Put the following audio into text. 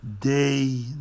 Day